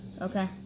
Okay